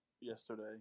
yesterday